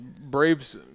Braves